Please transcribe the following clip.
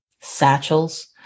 satchels